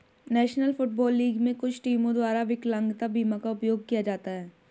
national football league में कुछ टीमों द्वारा विकलांगता बीमा का उपयोग किया जाता है